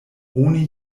oni